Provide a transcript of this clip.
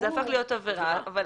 זה הפך להיות עבירה, אבל